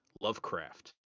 Lovecraft